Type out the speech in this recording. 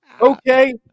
Okay